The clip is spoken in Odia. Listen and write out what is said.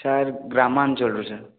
ସାର୍ ଗ୍ରାମାଞ୍ଚଳରେ ସାର୍